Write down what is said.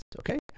okay